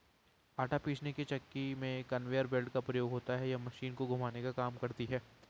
आटा पीसने की चक्की में कन्वेयर बेल्ट का प्रयोग होता है यह मशीन को घुमाने का काम करती है